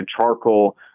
charcoal